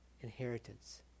inheritance